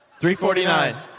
349